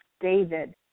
David